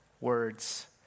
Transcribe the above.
words